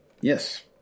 Yes